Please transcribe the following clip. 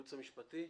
הייעוץ המשפטי?